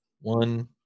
one